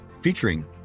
featuring